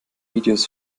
videos